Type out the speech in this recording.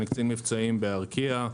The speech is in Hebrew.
אני קצין מבצעים בארקיע.